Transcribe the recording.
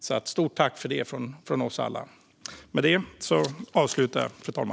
Stort tack för det från oss alla!